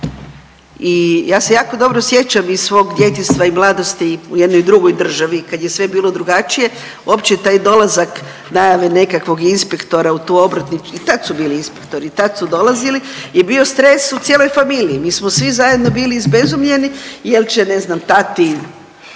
i ja se jako dobro sjećam iz svog djetinjstva i mladosti u jednoj drugoj državi kad je sve bilo drugačije uopće taj dolazak najave nekakvog inspektora u tu obrtničku i tad su bili inspektori i tad su dolazili je bio stres u cijeloj familiji. Mi smo svi zajedno bili izbezumljeni, jer će ne znam tati